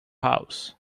house